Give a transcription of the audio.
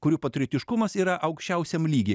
kurių patriotiškumas yra aukščiausiam lygy